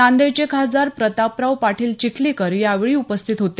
नांदेडचे खासदार प्रतापराव पाटील चिखलीकर यावेळी उपस्थित होते